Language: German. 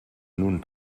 nun